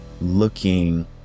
looking